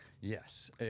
Yes